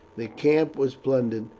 the camp was plundered,